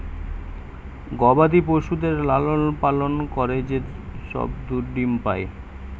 গবাদি পশুদের লালন পালন করে যে সব দুধ ডিম্ পাই